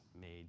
made